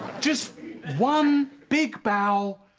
just one big bow,